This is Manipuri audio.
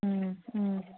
ꯎꯝ ꯎꯝ